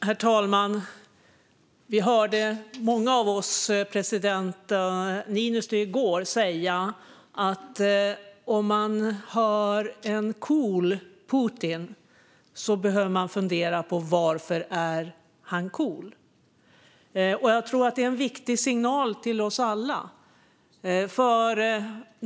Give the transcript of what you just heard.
Herr talman! Många av oss hörde president Niinistö i går säga: Om man hör en cool Putin behöver man fundera på varför han är cool. Jag tror att det är en viktig signal till oss alla.